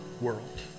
world